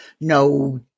No